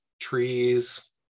trees